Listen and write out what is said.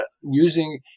using